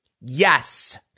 Yes